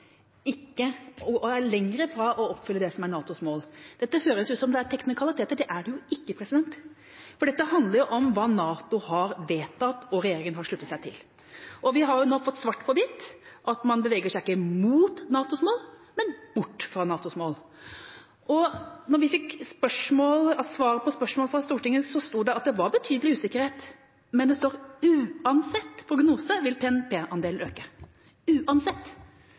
er lenger fra å oppfylle det som er NATOs mål. Det høres ut som om dette er teknikaliteter. Det er det ikke, for dette handler om hva NATO har vedtatt og regjeringa har sluttet seg til, og vi har nå fått svart på hvitt at man beveger seg ikke mot NATOs mål, men bort fra NATOs mål. Da vi fikk svar på spørsmål fra Stortinget, sto det at det var «betydelig usikkerhet», men det står «Uansett prognose vil BNP-andelen øke». «Uansett» åpner ikke for tolking, uansett